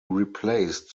replaced